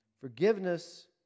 Forgiveness